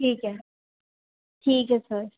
ठीक है ठीक है सर